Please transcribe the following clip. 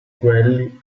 quelli